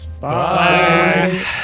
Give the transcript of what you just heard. Bye